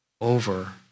over